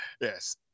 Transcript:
Yes